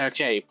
Okay